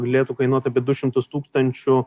galėtų kainuot apie du šimtus tūkstančių